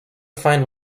find